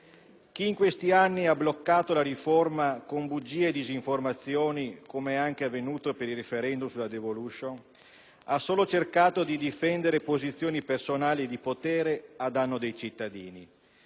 Chi in questi anni ha bloccato la riforma con bugie e disinformazioni, com'è anche avvenuto con i *referendum* sulla *devolution*, ha solo cercato di difendere posizioni personali di potere a danno dei cittadini;